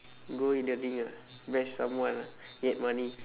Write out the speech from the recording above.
go in the ring ah bash someone ah make money